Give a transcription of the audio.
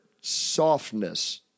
softness